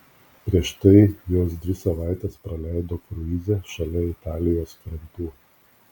prieš tai jos dvi savaites praleido kruize šalia italijos krantų